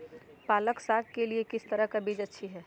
पालक साग के लिए किस तरह के बीज अच्छी है?